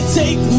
take